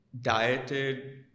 dieted